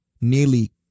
nearly